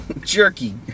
jerky